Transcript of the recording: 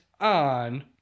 on